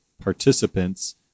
participants